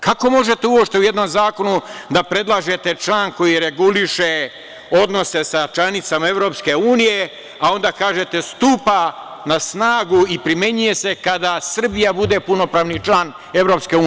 Kako možete uopšte u jednom zakonu da predlažete član koji reguliše odnose sa članicama EU, a onda kažete – stupa na snagu i primenjuje se kada Srbija bude punopravni član EU?